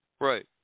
Right